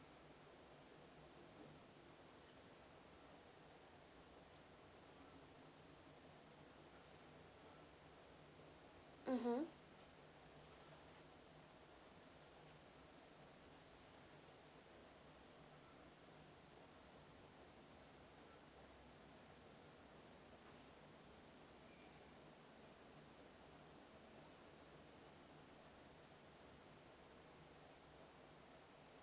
mmhmm